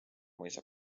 mõisa